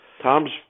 Tom's